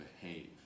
behave